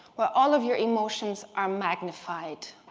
where all of your emotions are magnified.